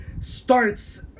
Starts